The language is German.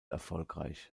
erfolgreich